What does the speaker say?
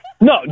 No